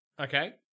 Okay